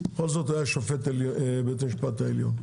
בכל זאת היה שופט בית משפט העליון.